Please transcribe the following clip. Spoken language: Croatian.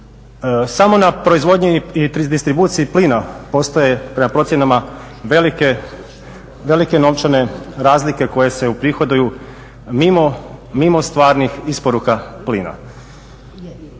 Samo na proizvodnji i distribuciji plina postoje prema procjenama velike novčane razlike koje se uprihoduju mimo stvarnih isporuka plina.